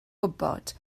gwybod